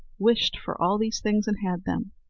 wished for all these things, and had them.